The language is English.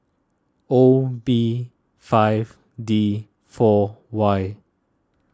O B five D four Y